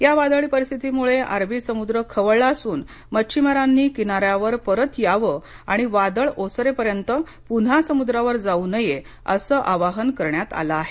या वादळी परिस्थितीमुळे अरबी समुद्र खवळला असून मचिछमारांनी किनाऱ्यावर परत यावं आणि वादळ ओसरेपर्यंत पून्हा समुद्रावर जाऊ नये असं आवाहन करण्यात आलं आहे